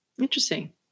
Interesting